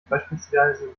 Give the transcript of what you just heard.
beispielsweise